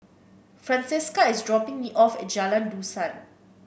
Francesca is dropping me off at Jalan Dusan